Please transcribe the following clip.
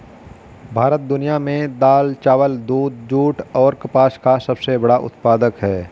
भारत दुनिया में दाल, चावल, दूध, जूट और कपास का सबसे बड़ा उत्पादक है